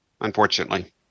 unfortunately